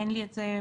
אין לי את זה.